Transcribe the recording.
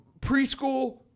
preschool